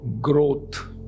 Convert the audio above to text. growth